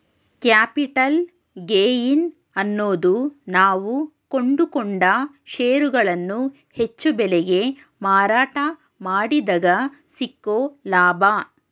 capital gain ಅನ್ನೋದು ನಾವು ಕೊಂಡುಕೊಂಡ ಷೇರುಗಳನ್ನು ಹೆಚ್ಚು ಬೆಲೆಗೆ ಮಾರಾಟ ಮಾಡಿದಗ ಸಿಕ್ಕೊ ಲಾಭ